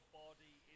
body